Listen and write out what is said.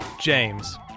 james